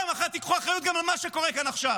פעם אחת קחו אחריות גם על מה שקורה כאן עכשיו,